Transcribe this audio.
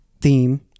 theme